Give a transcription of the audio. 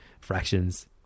Fractions